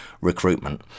recruitment